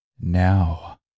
now